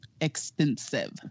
expensive